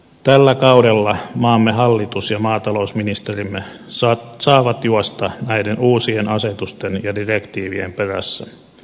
tällä kaudella maamme hallitus ja maatalousministerimme saavat juosta näiden uusien asetusten ja direktiivien perässä